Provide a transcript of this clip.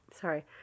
sorry